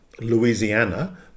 Louisiana